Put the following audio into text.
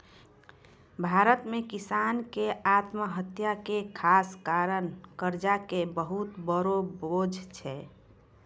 भारत मॅ किसान के आत्महत्या के खास कारण कर्जा के बहुत बड़ो बोझ छै